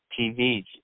TV